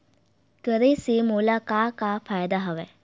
करे से मोला का का फ़ायदा हवय?